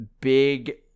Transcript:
big